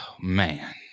man